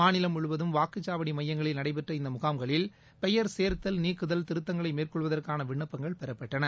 மாநிலம் முழுவதும் வாக்குச்சாவடி மையங்களில் நடைபெற்ற இந்த முகாம்களில் பெயர் சேர்த்தல் நீக்குதல் திருத்தங்களை மேற்கொள்வதற்கான விண்ணப்பங்கள் பெறப்பட்டன